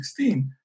2016